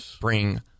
bring